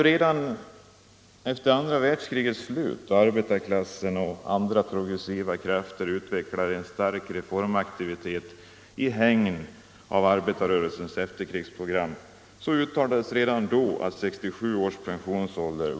Redan vid andra världskrigets slut, när arbetarklassen och andra progressiva krafter utvecklade en stark reformaktivitet i hägn av arbetarklassens efterkrigsprogram, uttalades att 67 år var en hög pensionsålder.